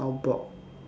soundbox